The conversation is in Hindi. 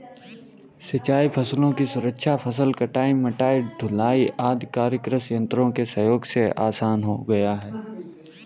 सिंचाई फसलों की सुरक्षा, फसल कटाई, मढ़ाई, ढुलाई आदि कार्य कृषि यन्त्रों के सहयोग से आसान हो गया है